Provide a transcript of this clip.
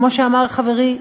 כמו שאמר חברי,